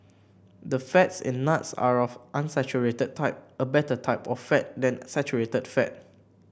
the fats in nuts are of unsaturated type a better type of fat than saturated fat